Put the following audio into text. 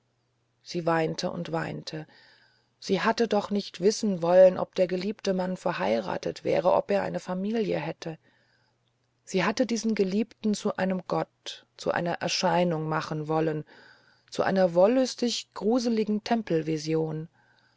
sie weinte und weinte sie hatte doch nicht wissen wollen ob der geliebte mann verheiratet wäre ob er eine familie hätte sie hatte diesen geliebten zu einem gott zu einer erscheinung machen wollen zu einer wollüstig gruseligen